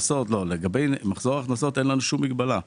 לגבי מחזור ההכנסות אין לנו שום מגבלה.